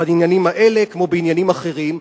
בעניינים האלה כמו בעניינים אחרים,